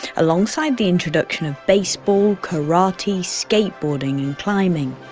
alongside the introduction of baseball, karate, skateboarding and climbing.